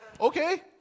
Okay